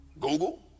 Google